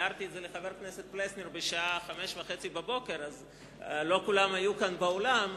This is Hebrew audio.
הערתי את זה לחבר הכנסת פלסנר בשעה 05:30. לא כולם היו כאן באולם,